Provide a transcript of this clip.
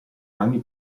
anni